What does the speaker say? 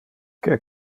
que